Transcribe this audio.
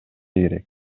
керек